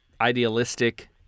idealistic